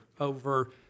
over